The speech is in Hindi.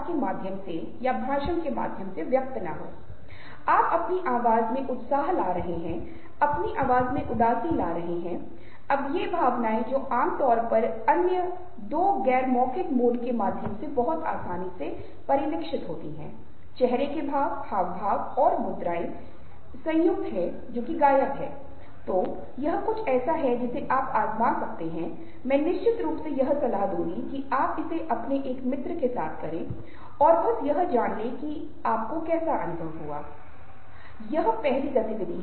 तो यह कथन कि हम 1000 भावनाओं 1000 अभिव्यक्तियों को प्रदर्शित करने और पहचानने में सक्षम हैं विभिन्न भाव वास्तव में अवास्तविक नहीं हैं हालाँकि मैं कहूंगा कि अधिक सामाजिक रिक्त स्थान हम 200 से 300 विभिन्न चेहरे की भावनाओं के बीच बहुत आसानी से विचार करने में सक्षम होंगे और फिर निश्चित रूप से वे अभिव्यक्ति हैं